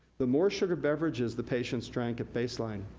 the more sugar beverages the patient drank at baseline,